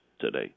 today